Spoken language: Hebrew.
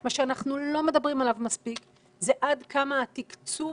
מה שאנחנו לא מדברים עליו מספיק זה עד כמה התקצוב,